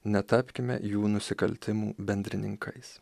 netapkime jų nusikaltimų bendrininkais